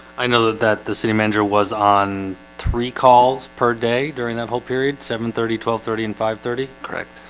i know that that the city manager was on three calls per day during that whole period seven thirty twelve thirty and five thirty, correct?